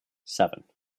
seven